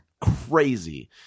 crazy